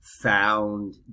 found